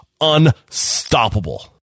unstoppable